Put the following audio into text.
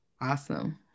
Awesome